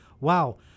wow